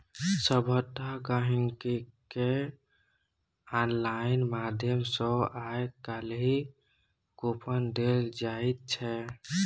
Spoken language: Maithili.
सभटा गहिंकीकेँ आनलाइन माध्यम सँ आय काल्हि कूपन देल जाइत छै